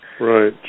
Right